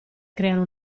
creano